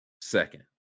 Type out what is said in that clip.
second